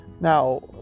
Now